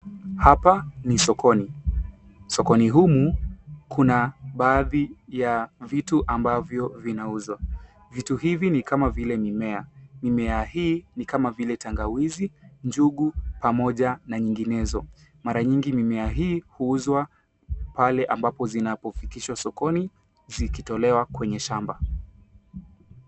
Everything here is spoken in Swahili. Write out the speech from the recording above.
Hapa ni sokoni. Sokoni humu kuna baadhi ya vitu ambavyo vinauzwa. Vitu hivi ni kama vile mimea. Mimea hii ni kama vile tangawizi, njugu pamoja na nyinginezo. Mara nyingi mimea hii huuzwa pale ambapo zinafikishwa sokoni zikitolewa kwenye shamba.